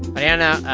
mariana,